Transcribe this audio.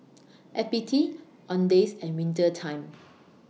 F B T Owndays and Winter Time